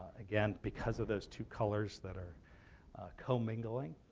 again, because of those two colors that are commingling.